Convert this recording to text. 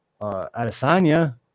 Adesanya